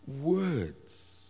words